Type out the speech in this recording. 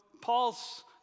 Paul's